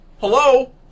Hello